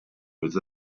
with